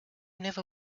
never